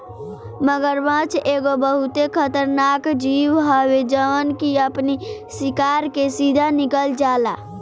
मगरमच्छ एगो बहुते खतरनाक जीव हवे जवन की अपनी शिकार के सीधा निगल जाला